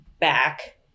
back